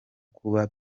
kuba